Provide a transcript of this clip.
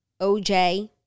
OJ